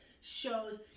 Shows